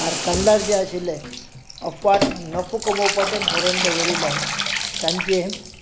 कारखानदार जे आशिल्ले अफाट नफो कमोवपाचें धोरण दवरिल्ल्यान तांचें